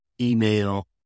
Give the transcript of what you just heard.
email